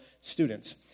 students